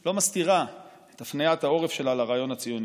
לא מסתירה את הפניית עורף שלה לרעיון הציוני.